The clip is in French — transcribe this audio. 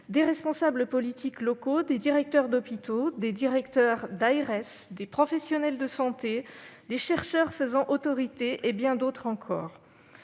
des responsables politiques locaux, des directeurs d'hôpital, des directeurs d'ARS, des professionnels de santé, des chercheurs faisant autorité et bien d'autres encore.